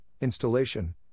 installation